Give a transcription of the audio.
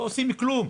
לא עשיתם כלום.